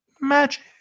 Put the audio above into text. magic